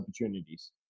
opportunities